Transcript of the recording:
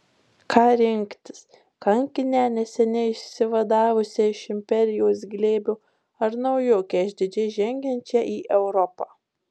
ką rinktis kankinę neseniai išsivadavusią iš imperijos glėbio ar naujokę išdidžiai žengiančią į europą